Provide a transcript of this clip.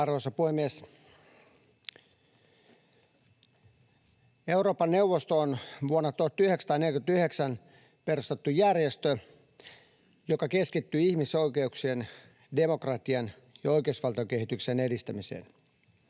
Arvoisa puhemies! Euroopan neuvosto on vuonna 1949 perustettu järjestö, joka keskittyy ihmisoikeuksien, demokratian ja oikeusvaltiokehityksen edistämiseen.